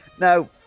Now